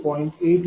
94378 आहे SI0